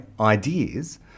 ideas